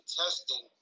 testing –